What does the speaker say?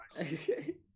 Okay